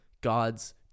god's